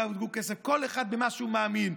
דאגו לכסף כל אחד למה שהוא מאמין.